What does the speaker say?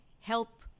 help